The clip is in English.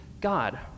God